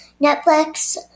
Netflix